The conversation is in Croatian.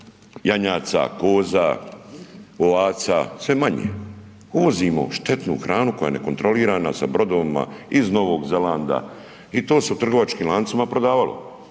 janjaca, koza, ovaca sve manje. Uvozimo štetnu hranu koja je nekontrolirana sa brodovima iz Novog Zelanda i to se u trgovačkim lancima prodavalo.